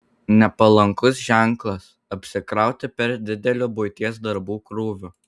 nepalankus ženklas apsikrauti per dideliu buities darbų krūviu